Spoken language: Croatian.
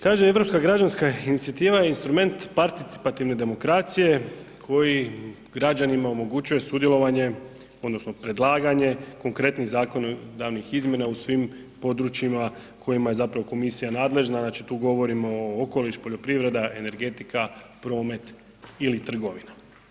Kaže Europska građanska inicijativa je instrument participativne demokracije koji građanima omogućuje sudjelovanje odnosno predlaganje konkretnih zakonodavnih izmjena u svim područjima u kojima je zapravo komisija nadležna, znači tu govorimo o okoliš, poljoprivreda, energetika, promet ili trgovina.